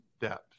depth